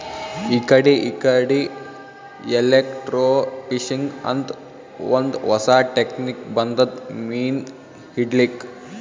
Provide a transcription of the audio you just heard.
ಇಕಡಿ ಇಕಡಿ ಎಲೆಕ್ರ್ಟೋಫಿಶಿಂಗ್ ಅಂತ್ ಒಂದ್ ಹೊಸಾ ಟೆಕ್ನಿಕ್ ಬಂದದ್ ಮೀನ್ ಹಿಡ್ಲಿಕ್ಕ್